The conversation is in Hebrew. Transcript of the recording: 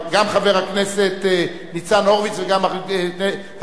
להצביע גם חבר הכנסת ניצן הורוביץ וגם חבר